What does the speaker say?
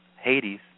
Hades